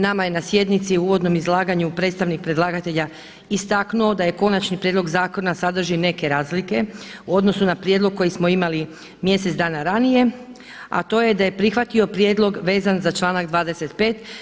Nama je na sjednici u uvodnom izlaganju predstavnik predlagatelja istaknuo da konačni prijedlog zakona sadrži neke razlike u odnosu na prijedlog koji smo imali mjesec dana ranije, a to je da je prihvatio prijedlog vezan za članak 25.